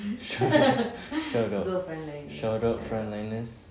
shout out shout out frontliners